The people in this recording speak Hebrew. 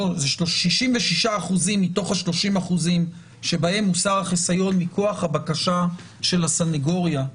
66% מתוך ה-30% שבהם מוסר החיסיון מכוח הבקשה של הסנגוריה,